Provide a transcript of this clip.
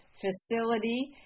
facility